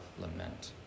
Lament